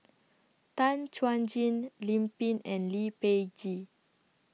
Tan Chuan Jin Lim Pin and Lee Peh Gee